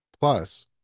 Plus